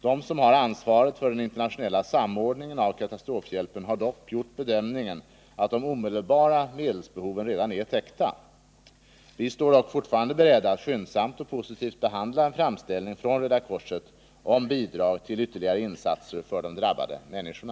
De som har ansvaret för den internationella samordningen av katastrofhjälpen har dock gjort bedömningen att de omedelbara medelsbehoven redan är täckta. Vi står dock fortfarande beredda att skyndsamt och positivt behandla en framställning från Röda korset om bidrag till ytterligare insatser för de drabbade människorna.